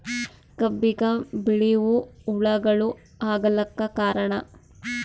ಕಬ್ಬಿಗ ಬಿಳಿವು ಹುಳಾಗಳು ಆಗಲಕ್ಕ ಕಾರಣ?